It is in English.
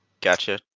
Gotcha